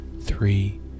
three